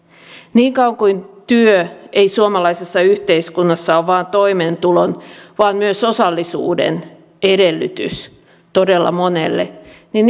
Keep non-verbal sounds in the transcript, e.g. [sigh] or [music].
niin kauan kuin työ ei suomalaisessa yhteiskunnassa ole vain toimeentulon vaan myös osallisuuden edellytys todella monelle niin [unintelligible]